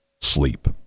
sleep